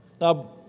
Now